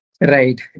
Right